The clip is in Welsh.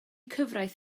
cyfraith